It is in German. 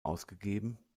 ausgegeben